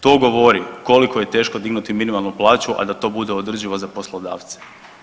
To govori koliko je teško dignuti minimalnu plaću, a da to bude održivo za poslodavca.